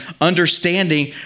understanding